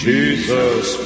Jesus